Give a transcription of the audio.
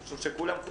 כולם הודו בכך,